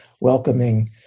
welcoming